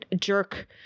jerk